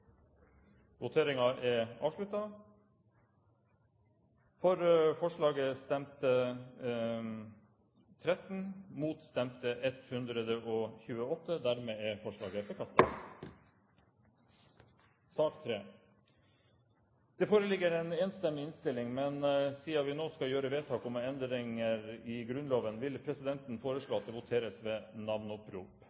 prøveordningen med stemmerett for 16-åringer i de påfølgende valgene, og inkludere stortingsvalgene i ordningen, fra og med stortingsvalget 2013.» Det foreligger en enstemmig innstilling, men siden vi nå skal gjøre vedtak om endringer i Grunnloven, vil presidenten foreslå